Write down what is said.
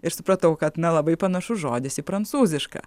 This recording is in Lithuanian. ir supratau kad na labai panašus žodis į prancūzišką